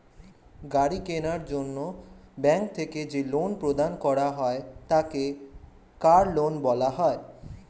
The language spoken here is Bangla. গাড়ি কেনার জন্য ব্যাঙ্ক থেকে যে লোন প্রদান করা হয় তাকে কার লোন বলা হয়